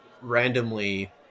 randomly